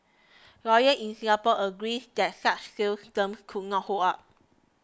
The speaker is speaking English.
lawyers in Singapore agrees that such sales terms could not hold up